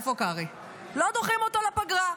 לא דוחים אותו לפגרה.